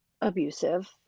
abusive